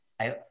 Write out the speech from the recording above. I-